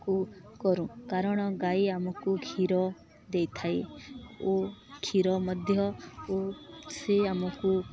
କୁ କରୁ କାରଣ ଗାଈ ଆମକୁ କ୍ଷୀର ଦେଇଥାଏ ଓ କ୍ଷୀର ମଧ୍ୟ ଓ ସେ ଆମକୁ